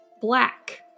black